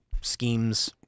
schemes